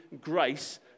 grace